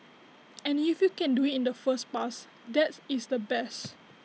and if you can do IT in the first pass that is the best